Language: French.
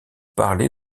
parlées